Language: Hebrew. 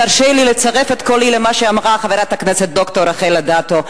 תרשה לי לצרף את קולי למה שאמרה חברת הכנסת ד"ר רחל אדטו.